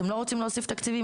אתם לא רוצים להוסיף תקציבים,